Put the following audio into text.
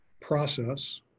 process